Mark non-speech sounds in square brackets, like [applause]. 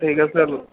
ঠিক আছে [unintelligible]